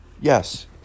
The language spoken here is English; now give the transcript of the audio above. Yes